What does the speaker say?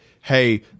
hey